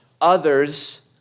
others